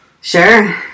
sure